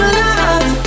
love